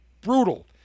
brutal